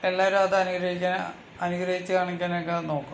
എല്ലാവരും അത് അനുകരിക്കാൻ അനുകരിച്ച് കാണിക്കാനൊക്കെ നോക്കും